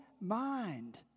mind